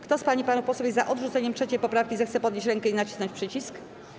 Kto z pań i panów posłów jest za odrzuceniem 3. poprawki, zechce podnieść rękę i nacisnąć przycisk.